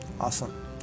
Awesome